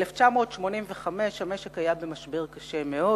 ב-1985 המשק היה במשבר קשה מאוד